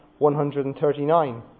139